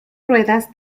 ruedas